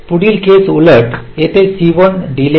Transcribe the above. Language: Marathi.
पुढील केस उलट जेथे C1 डीले आहे